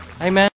Amen